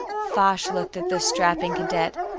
foch looked at this strapping cadet,